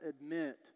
admit